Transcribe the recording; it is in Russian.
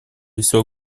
всего